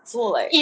so like